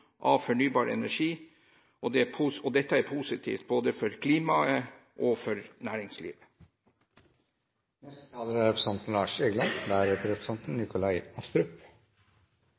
av fornybar energi. Dette er positivt både for klimaet og for næringslivet. Jeg er ikke spørrende til problemstillinga som representanten